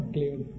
Clear